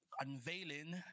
unveiling